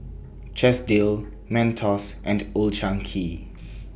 Chesdale Mentos and Old Chang Kee